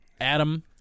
Adam